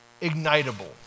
ignitable